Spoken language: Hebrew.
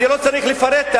אני לא צריך לפרט.